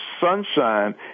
sunshine